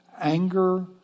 anger